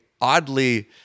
oddly